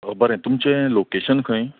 बरें तुमचें लोकेशन खंय